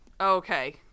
Okay